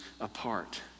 apart